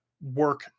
work